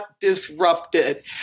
disrupted